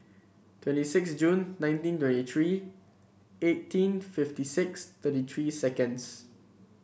twenty six June nineteen twenty three eighteen fifty six thirty three seconds